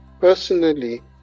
personally